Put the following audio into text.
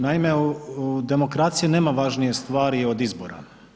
Naime, u demokraciji nema važnije stvari od izbora.